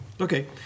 Okay